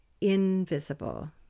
invisible